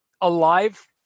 alive